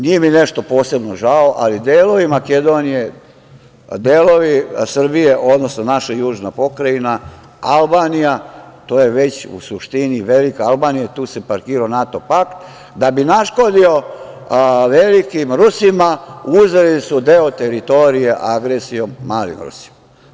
Nije mi nešto posebno žao, ali delovi Makedonije, delovi Srbije, odnosno naša južna pokrajina, Albanija to je već u suštini, velika Albanija, i tu se parkirao NATO pakt, da bi naškodio velikim Rusima, uzeli su deo teritorije agresijom malim Rusima.